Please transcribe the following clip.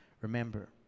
remember